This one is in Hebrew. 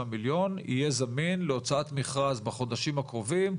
מיליון יהיה זמין להוצאת מכרז בחודשים הקרובים,